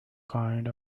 kind